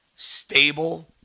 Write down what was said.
stable